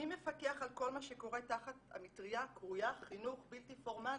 מי מפקח על כל מה שקורה תחת המטריה הקרויה חינוך בלתי פורמלי?